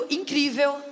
incrível